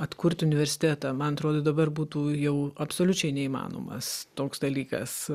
atkurti universitetą man atrodo dabar būtų jau absoliučiai neįmanomas toks dalykas